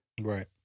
Right